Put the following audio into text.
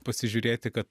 pasižiūrėti kad